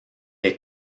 est